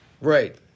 Right